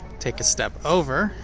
take a step over,